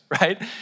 right